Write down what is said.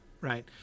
right